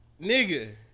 Nigga